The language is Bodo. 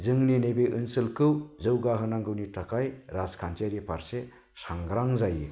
जोंनि नैबे ओनसोलखौ जौगाहोनांगौनि थाखाय राजखान्थियारि फारसे सांग्रां जायो